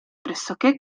pressoché